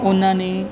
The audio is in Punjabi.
ਉਹਨਾਂ ਨੇ